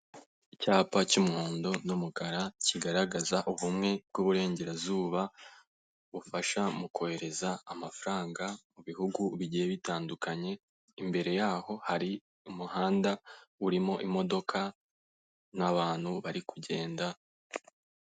Icyapa cy'umuhondo n'umukara kigaragaza ubumwe bw'uburengerazuba bufasha mu kohereza amafaranga mu bihugu bigiye bitandukanye, imbere yaho hari umuhanda urimo imodoka n'abantu bari kugenda.